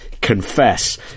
confess